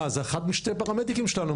זו אחת משני פרמדיקים שלנו.